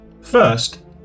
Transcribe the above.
First